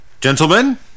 Gentlemen